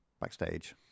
backstage